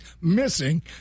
missing